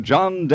John